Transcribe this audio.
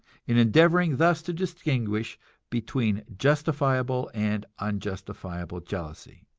in endeavoring thus to distinguish between justifiable and unjustifiable jealousy,